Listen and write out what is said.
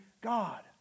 God